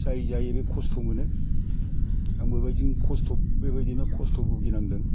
जाय जायो बे खस्थ' मोनो आंबो बेबादिनो खस्थ' बेबादिनो खस्थ' बुगिनांदों